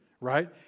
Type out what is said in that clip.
Right